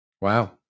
Wow